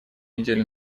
неделе